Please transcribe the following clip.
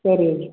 சரிங்க